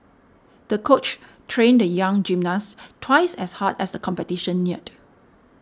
the coach trained the young gymnast twice as hard as the competition neared